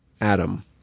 Adam